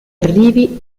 arrivi